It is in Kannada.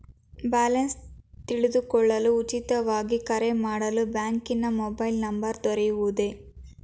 ಬ್ಯಾಲೆನ್ಸ್ ತಿಳಿದುಕೊಳ್ಳಲು ಉಚಿತವಾಗಿ ಕರೆ ಮಾಡಲು ಬ್ಯಾಂಕಿನ ಮೊಬೈಲ್ ನಂಬರ್ ದೊರೆಯುವುದೇ?